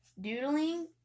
doodling